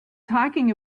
talking